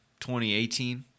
2018